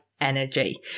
energy